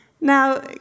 Now